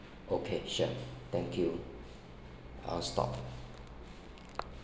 okay sure thank you I'll stop